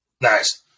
Nice